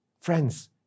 Friends